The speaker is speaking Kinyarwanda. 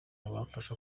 bamfasha